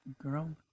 Girl